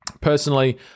Personally